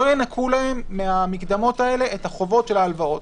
לא ינכו להם מהמקדמות האלה את החובות של ההלוואות.